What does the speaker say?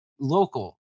local